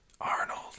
arnold